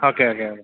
okay okay okay